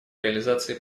реализации